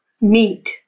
meat